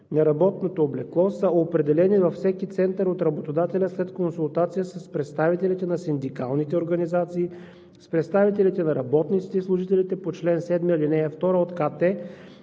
униформеното, облекло са определени във всеки център от работодателя след консултации с представителите на синдикалните организации, с представителите на работниците и служителите по чл. 7, ал. 2 от